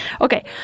Okay